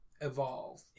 evolve